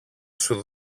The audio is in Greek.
σου